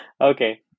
Okay